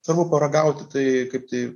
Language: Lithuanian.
savo paragauti tai kaip tai